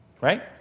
Right